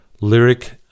lyric